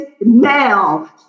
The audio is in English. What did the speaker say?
now